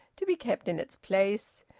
to be kept in its place,